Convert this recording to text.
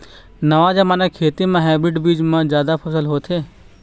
नवा जमाना के खेती म हाइब्रिड बीज म जादा फसल होथे